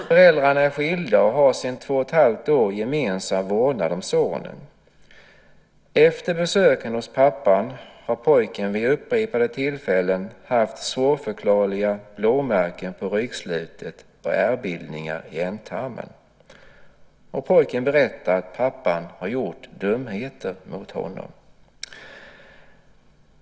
Föräldrarna är skilda och har sedan två och ett halvt år gemensam vårdnad om sonen. Efter besöken hos pappan har pojken vid upprepade tillfällen haft svårförklarliga blåmärken på ryggslutet och ärrbildningar i ändtarmen. Pojken berättar att pappan gjort dumheter mot honom.